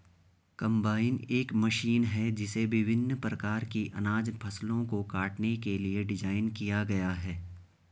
combine एक मशीन है जिसे विभिन्न प्रकार की अनाज फसलों को काटने के लिए डिज़ाइन किया गया है